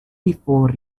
before